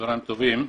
צהרים טובים.